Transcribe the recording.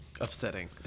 Upsetting